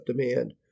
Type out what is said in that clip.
demand